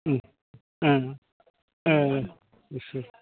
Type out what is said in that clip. ओं अ असुर